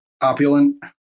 opulent